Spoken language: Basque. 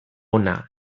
ona